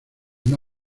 una